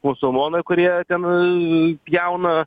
musulmonai kurie ten pjauna